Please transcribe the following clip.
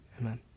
amen